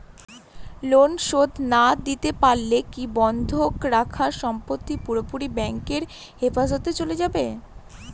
Loan শোধ না দিতে পারলে কি বন্ধক রাখা সম্পত্তি পুরোপুরি ব্যাংকের হেফাজতে চলে যাবে?